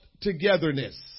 Togetherness